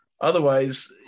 Otherwise